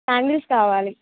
sandals కావాలి